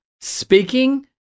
speaking